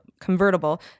convertible